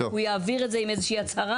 הוא יעביר את זה עם איזושהי הצהרה.